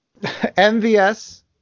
MVS